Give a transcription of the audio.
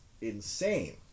insane